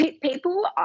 people